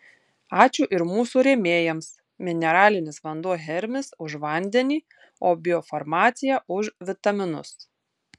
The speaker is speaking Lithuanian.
ačiū ir mūsų rėmėjams mineralinis vanduo hermis už vandenį o biofarmacija už vitaminus